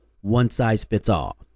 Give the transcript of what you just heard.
one-size-fits-all